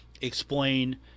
explain